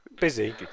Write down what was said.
Busy